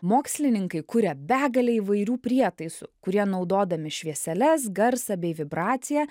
mokslininkai kuria begalę įvairių prietaisų kurie naudodami švieseles garsą bei vibraciją